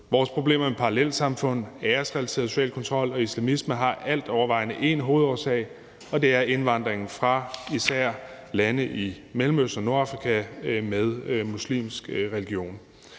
Vores problemer med parallelsamfund, æresrelateret social kontrol og islamisme har altovervejende én hovedårsag, og den er indvandringen fra især lande i Mellemøsten og Nordafrika med muslimsk religion.